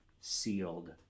sealed